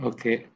Okay